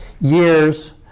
years